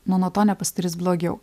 nu nuo to nepasidarys blogiau